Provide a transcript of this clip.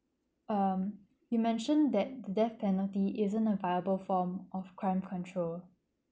um you mentioned that the death penalty isn't a viable form of crime control